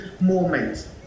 moment